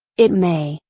it may,